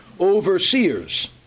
overseers